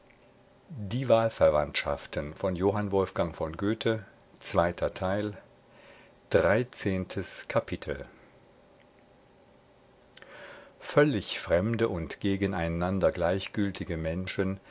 dreizehntes kapitel völlig fremde und gegeneinander gleichgültige menschen